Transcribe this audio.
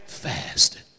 fast